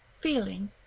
feeling